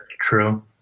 true